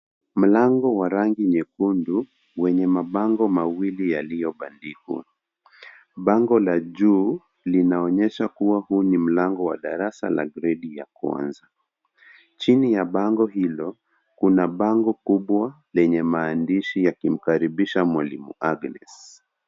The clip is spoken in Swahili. Mlango wa rangi nyekundu wenye mabango mawili yaliyobandikwa. Bango la juu linaonesha kuwa huu ni mlango wa darasa la gredi ya kwanza. Chini ya bango hilo kuna bango kubwa lenye maandishi yakimkaribisha mwalimu Agnes.